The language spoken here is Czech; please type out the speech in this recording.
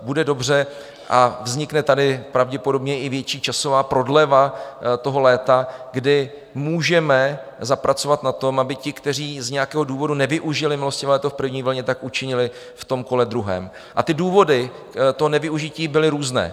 Bude dobře a vznikne tady pravděpodobně i větší časová prodleva toho léta, kdy můžeme zapracovat na tom, aby ti, kteří z nějakého důvodu nevyužili milostivé léto v první vlně, tak učinili v kole druhém, a důvody nevyužití byly různé.